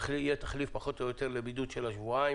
של שבועיים.